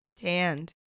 tanned